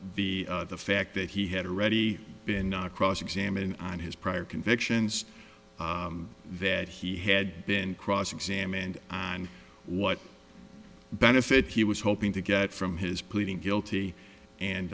and the fact that he had already been cross examined on his prior convictions that he had been cross examined on what benefit he was hoping to get from his pleading guilty